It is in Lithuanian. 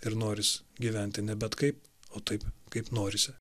ir noris gyventi ne bet kaip o taip kaip norisi